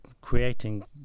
creating